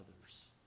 others